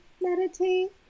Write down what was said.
meditate